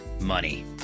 money